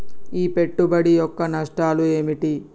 ఈ పెట్టుబడి యొక్క నష్టాలు ఏమిటి?